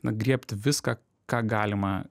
na griebti viską ką galima